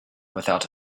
without